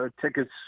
tickets